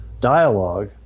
dialogue